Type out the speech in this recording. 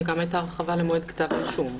וגם הייתה הרחבה לגבי מועד כתב האישום.